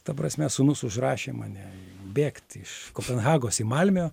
ta prasme sūnus užrašė mane bėgt iš kopenhagos į malmio